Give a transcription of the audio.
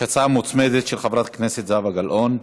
יש הצעה מוצמדת של חברת הכנסת זהבה גלאון.